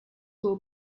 will